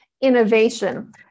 innovation